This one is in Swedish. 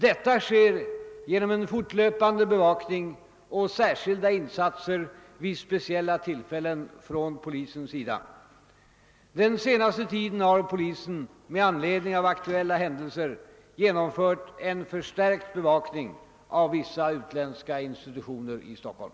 Detta sker genom en fortlöpande bevakning och särskilda insatser vid speciella tillfällen från polisens sida. Den senaste tiden har polisen med anledning av aktuella händelser genomfört en förstärkt bevakning av vissa utländska institutioner i Stockholm.